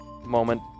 moment